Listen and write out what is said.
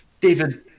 David